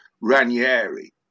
Ranieri